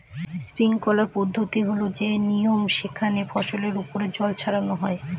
sprinkler পদ্ধতি হল সে নিয়ম যেখানে ফসলের ওপর জল ছড়ানো হয়